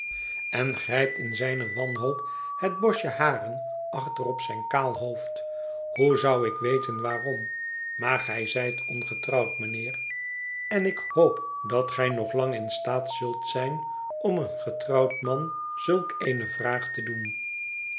en grijpt in zijne wanhoop het bosje haren achter op zijn kaal hoofd hoe zou ik weten waarom maar gij zijt ongetrouwd mijnheer en ik hoop dat gij nog lang in staat zult zijn om een getrouwd man zulk eene vraag te doen